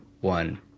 one